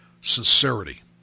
sincerity